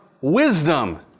wisdom